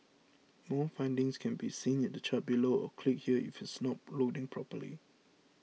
more findings can be seen in the chart below or click here if it's not loading properly